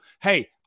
Hey